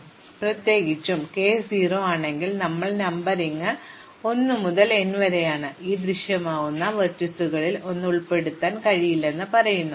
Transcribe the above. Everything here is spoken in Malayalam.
അതിനാൽ പ്രത്യേകിച്ചും k 0 ആണെങ്കിൽ ഞങ്ങളുടെ നമ്പറിംഗ് 1 മുതൽ n വരെയാണ് ഇത് ദൃശ്യമാകുന്ന ലംബങ്ങളിൽ 1 ഉൾപ്പെടുത്താൻ കഴിയില്ലെന്ന് പറയുന്നു